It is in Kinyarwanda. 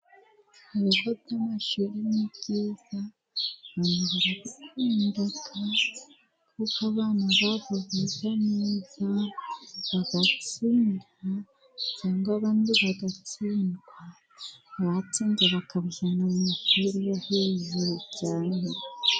Ibigo by'amashuri ni byiza abantu barabikunda kuko abana babo biga neza, bagatsinda cyangwa abandi bagatsindwa. Abatsinze bakabajyana mu mashuri yo hejuru cyane.